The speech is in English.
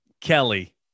Kelly